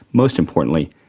most importantly,